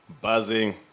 buzzing